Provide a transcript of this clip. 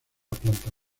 planta